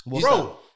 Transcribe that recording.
Bro